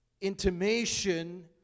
intimation